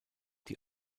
die